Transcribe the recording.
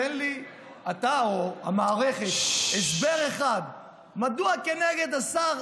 תן לי, אתה או המערכת, הסבר אחד מדוע כנגד השר